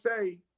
say